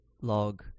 log